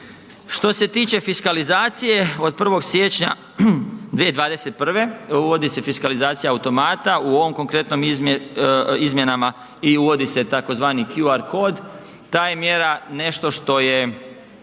Što se tiče fiskalizacije, od 1. siječnja 2021. uvodi se fiskalizacija automata, u ovom konkretnom izmjenama i uvodi se tzv. QR kod. Ta je mjera nešto što je,